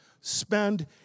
spend